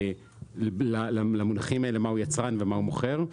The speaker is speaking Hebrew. מקורות אנרגיה למונחים מהו יצרן ומהו מוכר.